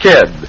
Kid